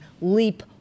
leap